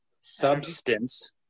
substance